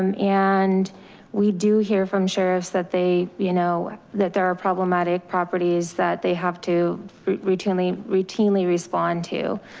um and we do hear from sheriffs that they you know that there are problematic properties that they have to routinely routinely respond to.